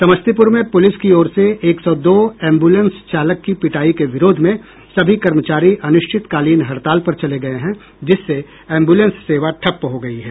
समस्तीपुर में पुलिस की ओर से एक सौ दो एम्बुलेंस चालक की पिटायी के विरोध में सभी कर्मचारी अनिश्चितकालीन हड़ताल पर चले गये हैं जिससे एम्बुलेंस सेवा ठप्प हो गयी है